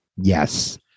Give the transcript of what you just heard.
yes